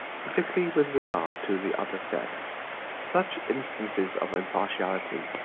particularly with regard to the other sex such instances of impartiality,